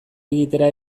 egitera